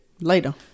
Later